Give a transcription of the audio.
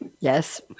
Yes